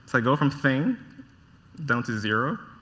i go from thing down to zero.